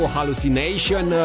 Hallucination